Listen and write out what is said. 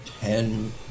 ten